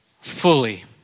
fully